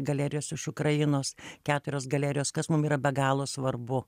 galerijos iš ukrainos keturios galerijos kas mum yra be galo svarbu